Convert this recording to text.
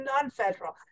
non-federal